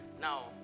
Now